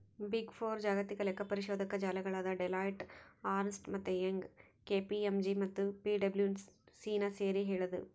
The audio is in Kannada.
ಬಿಗ್ ಫೋರ್ ಜಾಗತಿಕ ಲೆಕ್ಕಪರಿಶೋಧಕ ಜಾಲಗಳಾದ ಡೆಲಾಯ್ಟ್, ಅರ್ನ್ಸ್ಟ್ ಮತ್ತೆ ಯಂಗ್, ಕೆ.ಪಿ.ಎಂ.ಜಿ ಮತ್ತು ಪಿಡಬ್ಲ್ಯೂಸಿನ ಸೇರಿ ಹೇಳದು